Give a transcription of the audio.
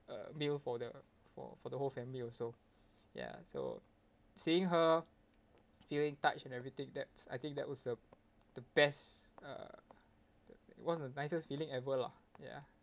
a meal for the for for the whole family also ya so seeing her feeling touched and everything that's I think that was a the best uh it was the nicest feeling ever lah ya